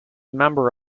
member